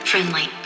Friendly